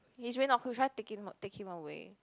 he's really not cute should I take him take him away